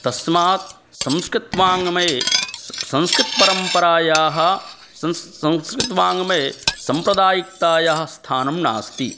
तस्मात् संस्कृतवाङ्मये स् संस्कृतपरम्परायाः सम् संस्कृतवाङ्मये सम्प्रदायिकतायाः स्थानं नास्ति